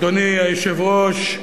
אדוני היושב-ראש,